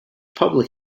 public